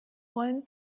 wollen